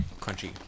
crunchy